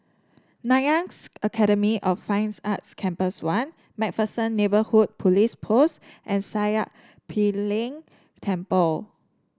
Nanyang Academy of Fine Arts Campus One MacPherson Neighbourhood Police Post and Sakya Ling Temple